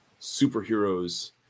superheroes